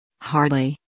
Hardly